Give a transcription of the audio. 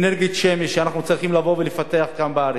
אנרגיית שמש, שאנחנו צריכים לבוא ולפתח כאן בארץ.